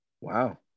Wow